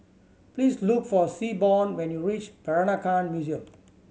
please look for Seaborn when you reach Peranakan Museum